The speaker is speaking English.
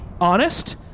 honest